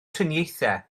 triniaethau